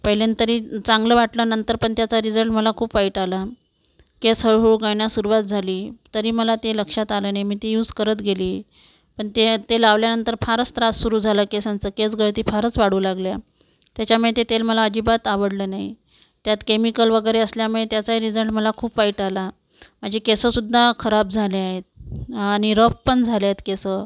पहिल्यानं तरी चांगलं वाटलं नंतर पण त्याचा रिजल्ट मला खूप वाईट आला केस हळूहळू गळण्यास सुरुवात झाली तरी मला ते लक्षात आलं नाही मी ते युज करत गेली पण ते तेल लावल्यानंतर फारच त्रास सुरु झाला केसांचा केसगळती फारच वाढू लागल्या त्याच्यामुळे ते तेल मला अजिबात आवडलं नाही त्यात केमिकल वगैरे असल्यामुळे त्याचा रीजल्ट मला खूप वाईट आला माझे केस सुद्धा खराब झाले आहेत आणि रफ पण झाले आहेत केस